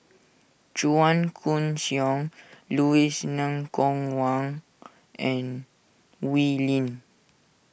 Chua Koon Siong Louis Ng Kok Kwang and Wee Lin